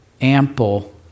ample